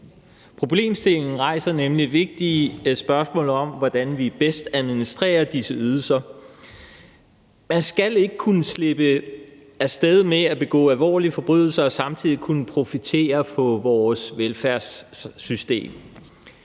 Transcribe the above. Problemstillingen rejser nemlig vigtige spørgsmål om, hvordan vi bedst administrerer disse ydelser. Man skal ikke kunne slippe af sted med at begå alvorlige forbrydelser og samtidig kunne profitere på vores velfærdssystem.